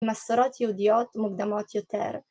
מסורות יהודיות מוקדמות יותר